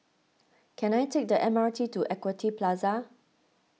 can I take the M R T to Equity Plaza